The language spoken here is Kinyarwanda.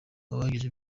abagize